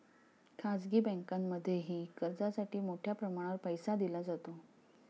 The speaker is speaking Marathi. खाजगी बँकांमध्येही कर्जासाठी मोठ्या प्रमाणावर पैसा दिला जातो